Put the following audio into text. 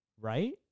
Right